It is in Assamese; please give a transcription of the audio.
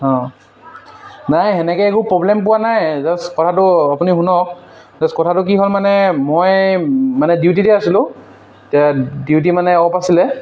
অঁ নাই তেনেকৈ একো প্ৰব্লেম পোৱা নাই জাষ্ট কথাটো আপুনি শুনক জাষ্ট কথাটো কি হয় মানে মই মানে ডিউটিতে আছিলোঁ এতিয়া ডিউটি মানে অ'ফ আছিলে